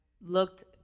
looked